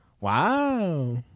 wow